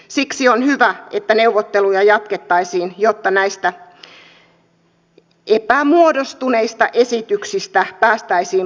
siksi on hyvä että neuvotteluja jatkettaisiin jotta näistä epämuodostuneista esityksistä päästäisiin lopulta eroon